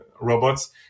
robots